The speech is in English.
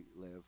live